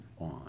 on